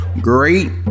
great